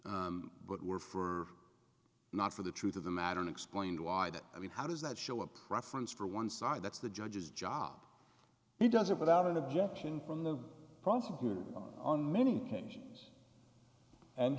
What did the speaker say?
but were for not for the truth of the matter and explained why that i mean how does that show a preference for one side that's the judge's job he does it without an objection from the prosecutor on many occasions and